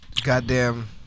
goddamn